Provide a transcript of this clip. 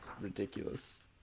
ridiculous